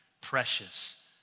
precious